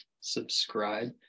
subscribe